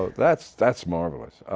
ah that's that's marvelous.